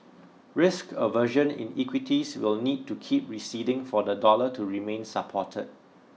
risk aversion in equities will need to keep receding for the dollar to remain support